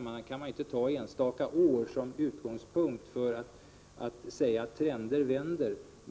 Man kan inte ta enstaka år som utgångspunkt för att säga att trenden har vänt.